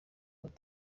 baho